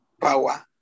power